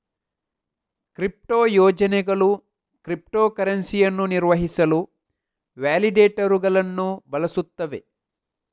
crypto ಯೋಜನೆಗಳು crypto ಕರೆನ್ಸಿಯನ್ನು ನಿರ್ವಹಿಸಲು ವ್ಯಾಲಿಡೇಟರುಗಳನ್ನು ಬಳಸುತ್ತವೆ